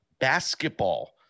basketball